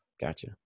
Gotcha